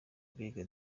mbega